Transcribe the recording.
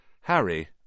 Harry